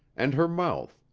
and her mouth,